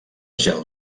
gel